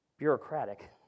bureaucratic